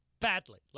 Badly